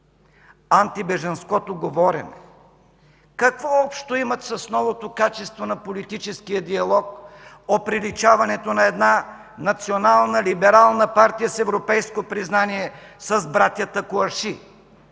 антибежанското говорене? Какво общо има с новото качество на политическия диалог оприличаването на една национална либерална партия с европейско признание с братята Куаши